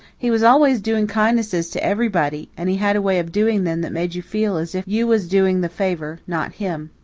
he was always doing kindnesses to everybody and he had a way of doing them that made you feel as if you was doing the favour, not him.